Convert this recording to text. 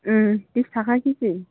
बिस थाखा केजि